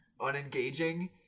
unengaging